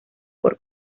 por